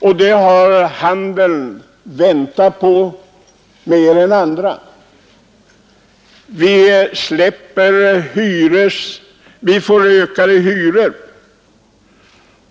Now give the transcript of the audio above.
Och det har handeln väntat på mer än andra. Hyrorna kommer att öka.